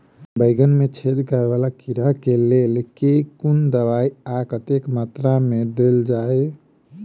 बैंगन मे छेद कराए वला कीड़ा केँ लेल केँ कुन दवाई आ कतेक मात्रा मे देल जाए?